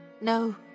No